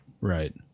right